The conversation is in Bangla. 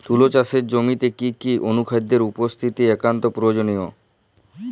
তুলা চাষের জমিতে কি কি অনুখাদ্যের উপস্থিতি একান্ত প্রয়োজনীয়?